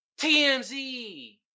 TMZ